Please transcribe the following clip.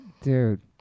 Dude